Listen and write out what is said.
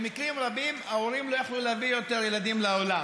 במקרים רבים ההורים לא יכלו להביא ילדים לעולם."